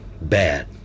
bad